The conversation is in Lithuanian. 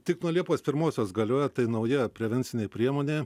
tik nuo liepos pirmosios galioja tai nauja prevencinė priemonė